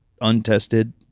untested